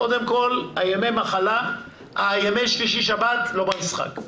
קודם כל ימי שישי-שבת לא במשחק,